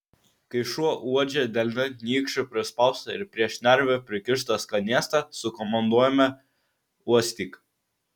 kai šuo uodžia delne nykščiu prispaustą ir prie šnervių prikištą skanėstą sukomanduojame uostyk